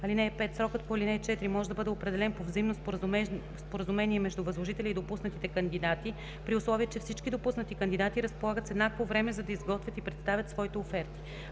оферти. (5) Срокът по ал. 4 може да бъде определен по взаимно споразумение между възложителя и допуснатите кандидати, при условие че всички допуснати кандидати разполагат с еднакво време, за да изготвят и представят своите оферти.